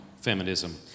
feminism